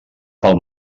pel